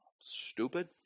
Stupid